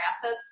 assets